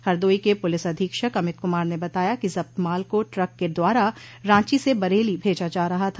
हरदोई के पुलिस अधीक्षक अमित कुमार ने बताया कि जब्त माल को ट्रक के द्वारा रांची से बरेली भेजा जा रहा था